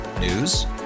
News